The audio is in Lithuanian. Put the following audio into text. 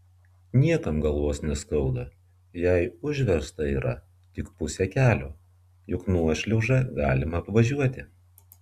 niekam galvos neskauda jei užversta yra tik pusė kelio juk nuošliaužą galima apvažiuoti